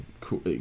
cool